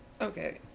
Okay